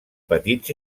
petits